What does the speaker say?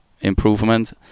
improvement